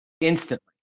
instantly